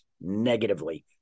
negatively